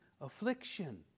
affliction